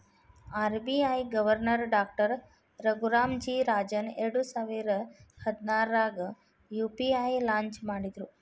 RBI governor doctor Raghuram G Rajan ಎರಡಸಾವಿರ ಹದ್ನಾರಾಗ UPI launch ಮಾಡಿದ್ರು